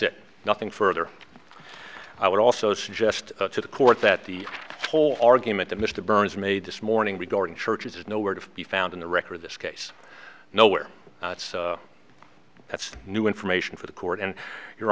it nothing further i would also suggest to the court that the whole argument that mr burns made this morning regarding churches is nowhere to be found in the record this case nowhere that's new information for the court and your